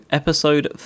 episode